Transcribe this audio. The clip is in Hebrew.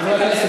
חברי הכנסת,